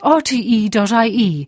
rte.ie